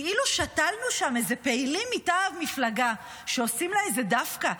שתלנו שם איזה פעילים מטעם מפלגה שעושים לה איזה דווקא,